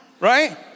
right